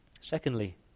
Secondly